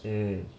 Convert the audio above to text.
mm